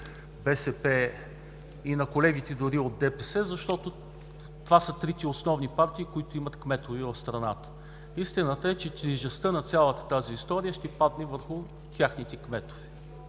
БСП, и на колегите дори от ДПС, защото това са трите основни партии, които имат кметове в страната, истината е, че тежестта на цялата тази история ще падне върху техните кметове,